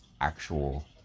actual